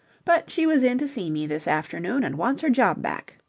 but she was in to see me this afternoon and wants her job back.